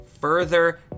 further